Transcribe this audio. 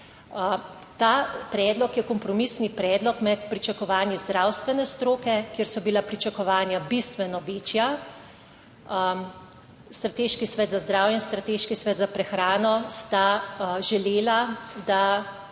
Ta predlog je kompromisni predlog med pričakovanji zdravstvene stroke, kjer so bila pričakovanja bistveno večja. Strateški svet za zdravje in Strateški svet za prehrano sta želela, da